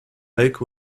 lake